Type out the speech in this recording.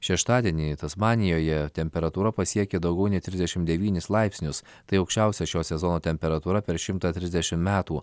šeštadienį tasmanijoje temperatūra pasiekė daugiau nei trisdešim devynis laipsnius tai aukščiausia šio sezono temperatūra per šimtą trisdešim metų